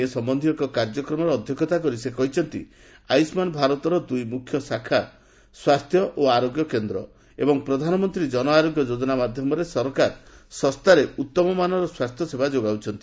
ଏ ସମ୍ୟନ୍ଧୀୟ ଏକ କାର୍ଯ୍ୟକ୍ରମରେ ଅଧ୍ୟକ୍ଷତା କରି ସେ କହିଛନ୍ତି ଆୟୁଷ୍ମାନ୍ ଭାରତର ଦୁଇ ମୁଖ୍ୟ ଶାଖା 'ସ୍ୱାସ୍ଥ୍ୟ ଓ ଆରୋଗ୍ୟ କେନ୍ଦ୍ର' ଏବଂ ପ୍ରଧାନମନ୍ତ୍ରୀ କନଆରୋଗ୍ୟ ଯୋଜନା' ମାଧ୍ୟମରେ ସରକାର ଶସ୍ତାରେ ଉତ୍ତମାନର ସ୍ୱାସ୍ଥ୍ୟସେବା ଯୋଗାଉଛନ୍ତି